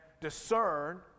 discern